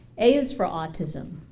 a is for autism.